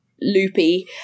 loopy